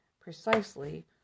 precisely